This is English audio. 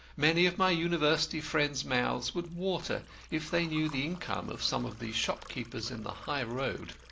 many of my university friends' mouths would water if they knew the income of some of the shopkeepers in the high road.